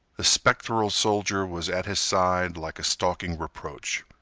the spectral soldier was at his side like a stalking reproach.